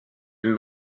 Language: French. une